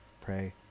pray